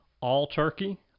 all-turkey